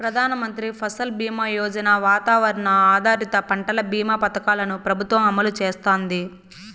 ప్రధాన మంత్రి ఫసల్ బీమా యోజన, వాతావరణ ఆధారిత పంటల భీమా పథకాలను ప్రభుత్వం అమలు చేస్తాంది